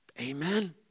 Amen